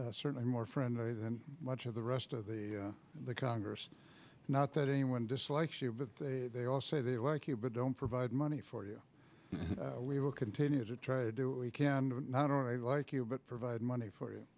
certainly more friendly than much of the rest of the the congress not that anyone dislikes you but the they all say they like you but don't provide money for you we will continue to try to do what we can to not only like you but provide money for you